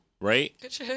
Right